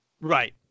Right